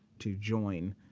to join,